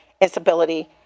instability